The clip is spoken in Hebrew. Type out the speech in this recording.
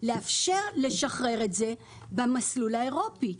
לאפשר לשחרר אותם במסלול האירופי.